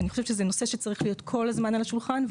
וזה נושא שצריך להיות כל הזמן על השולחן.